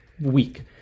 week